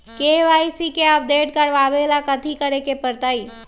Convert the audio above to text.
KYC के update करवावेला कथि करें के परतई?